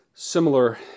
similar